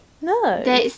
No